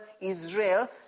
Israel